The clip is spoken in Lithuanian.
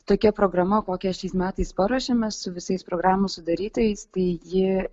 tokia programa kokią šiais metais paruošėme su visais programų sudarytojais tai ji